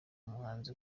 umuhanzi